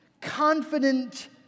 confident